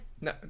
No